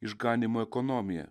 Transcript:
išganymo ekonomija